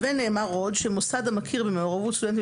ונאמר עוד: שמוסד המכיר במעורבות סטודנטים